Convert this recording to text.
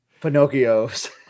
Pinocchio's